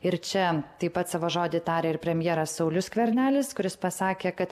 ir čia taip pat savo žodį tarė ir premjeras saulius skvernelis kuris pasakė kad